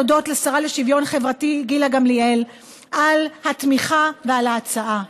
לשוויון חברתי גילה גמליאל על התמיכה ועל ההצעה.